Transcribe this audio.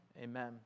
Amen